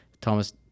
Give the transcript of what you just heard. Thomas